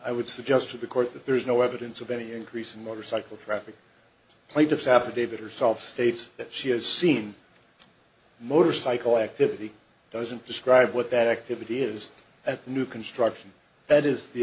i would suggest to the court that there is no evidence of any increase in motorcycle traffic plaintiff's affidavit herself states that she has seen motorcycle activity doesn't describe what that activity is and new construction that is the